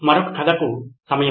మరొక కథకు సమయం